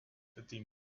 fatima